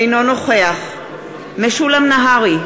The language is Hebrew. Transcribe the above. אינו נוכח משולם נהרי,